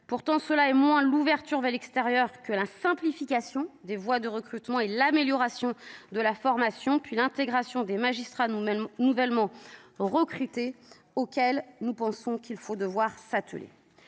Pourtant, c'est moins à l'ouverture vers l'extérieur qu'à la simplification des voies de recrutement, à l'amélioration de la formation, puis à l'intégration des magistrats nouvellement recrutés qu'il faut selon nous s'atteler.